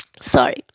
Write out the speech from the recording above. sorry